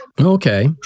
okay